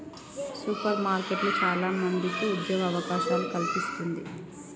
super మార్కెట్లు చాల మందికి ఉద్యోగ అవకాశాలను కల్పిస్తంది